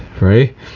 right